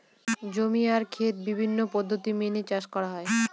জমি আর খেত বিভিন্ন পদ্ধতি মেনে চাষ করা হয়